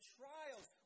trials